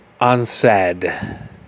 unsaid